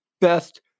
best